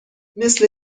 مثل